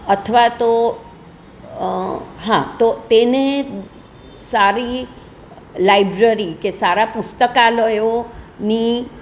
અથવા તો હા તો તેને સારી લાઇબ્રરી કે સારા પુસ્તકાલયો ની